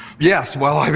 yes, well,